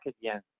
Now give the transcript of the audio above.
again